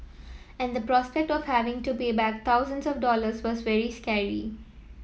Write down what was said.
and the prospect of having to pay back thousands of dollars was very scary